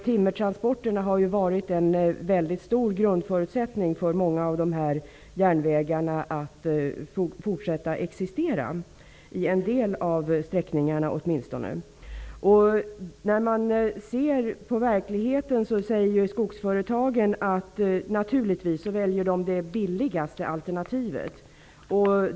Timmertransporterna har varit en grundförutsättning för många av dessa järnvägars fortsatta existens, åtminstone för en del av sträckningarna. Skogsföretagen säger att de naturligtvis väljer det billigaste alternativet.